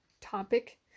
topic